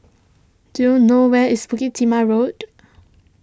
do you know where is Bukit Timah Road